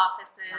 offices